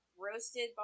roasted